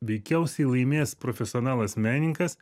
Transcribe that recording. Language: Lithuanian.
veikiausiai laimės profesionalas menininkas